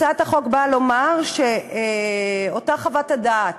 הצעת החוק באה לומר שאותה חוות הדעת